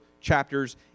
chapters